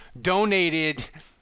donated –